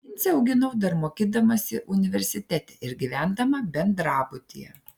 vincę auginau dar mokydamasi universitete ir gyvendama bendrabutyje